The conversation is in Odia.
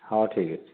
ହେଉ ଠିକ୍ ଅଛି